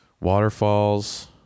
Waterfalls